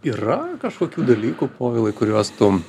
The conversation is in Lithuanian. yra kažkokių dalykų povilai kuriuos tu